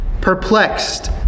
Perplexed